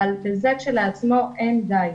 אבל בזה כשלעצמו אין די.